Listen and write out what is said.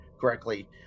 correctly